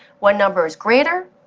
one number is greater,